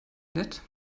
nett